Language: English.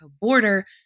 border